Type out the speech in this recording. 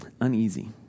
uneasy